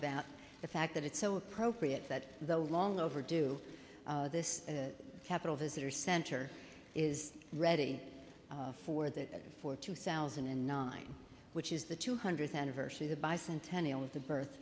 about the fact that it's so appropriate that the long overdue this capitol visitor center is ready for that for two thousand and nine which is the two hundredth anniversary the bicentennial of the birth